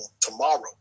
tomorrow